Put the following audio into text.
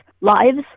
lives